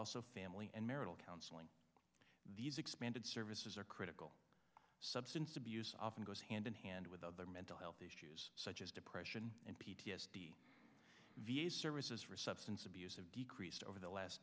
also family and marital counseling these expanded services are critical substance abuse often goes hand in hand with other mental health issues such as depression and p t s d v a services for substance abuse have decreased over the last